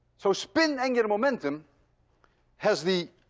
so spin angular momentum has the